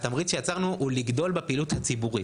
התמריץ שיצרנו הוא לגדול בפעילות הציבורית,